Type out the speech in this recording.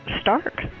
stark